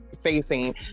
facing